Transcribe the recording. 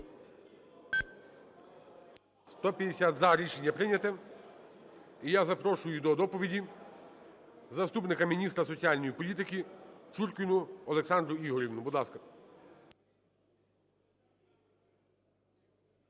За-150 Рішення прийнято. І я запрошую до доповіді заступника міністра соціальної політики Чуркіну Олександру Ігорівну. Будь ласка.